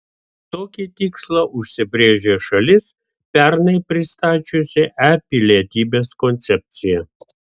tokį tikslą užsibrėžė šalis pernai pristačiusi e pilietybės koncepciją